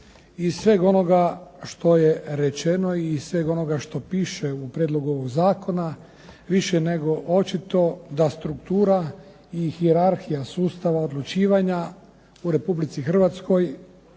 Iz sveg onoga što je rečeno i sveg onoga što piše u prijedlogu zakona više je nego očito da struktura i hijerarhija sustava odlučivanja u Republici Hrvatskoj